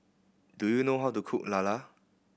do you know how to cook lala